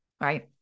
right